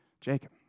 Jacob